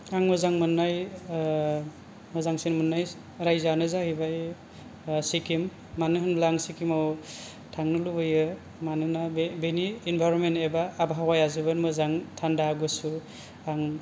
आं मोजां मोननाय मोजांसिन मोननाय रायजोआनो जाहैबाय सिक्किम मानो होनब्ला आं सिक्किमाव थांनो लुबैयो मानोना बे बेनि इनभारमेन्ट एबा आबहावाया जोबोद मोजां थानदा गुसु आं